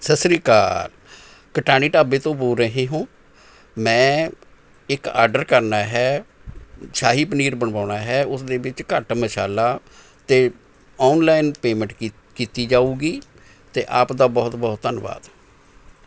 ਸਤਿ ਸ਼੍ਰੀ ਅਕਾਲ ਕਟਾਣੀ ਢਾਬੇ ਤੋਂ ਬੋਲ ਰਹੇ ਹੋਂ ਮੈਂ ਇਕ ਆਡਰ ਕਰਨਾ ਹੈ ਸ਼ਾਹੀ ਪਨੀਰ ਬਣਵਾਉਣਾ ਹੈ ਉਸ ਦੇ ਵਿੱਚ ਘੱਟ ਮਸਾਲਾ ਅਤੇ ਔਨਲਾਈਨ ਪੇਮੈਂਟ ਕੀਤ ਕੀਤੀ ਜਾਉਗੀ ਅਤੇ ਆਪ ਦਾ ਬਹੁਤ ਬਹੁਤ ਧੰਨਵਾਦ